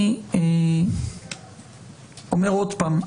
אני אומר עוד פעם,